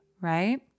right